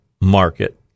market